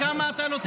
כמה אתה נותן לי?